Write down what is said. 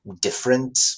different